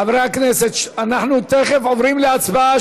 חברי הכנסת, אנחנו תכף עוברים להצבעה.